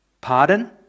Pardon